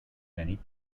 many